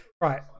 right